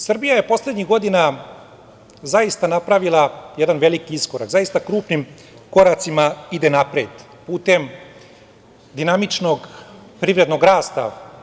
Srbija je poslednjih godina zaista napravila jedan veliki iskorak, zaista krupnim koracima ide napred, putem dinamičnog privrednog rasta.